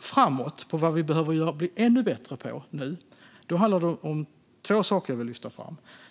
framåt på vad vi behöver bli ännu bättre på handlar det om två saker som jag vill lyfta fram.